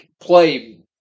play